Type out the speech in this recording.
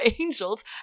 angels